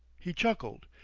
he chuckled,